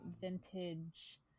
vintage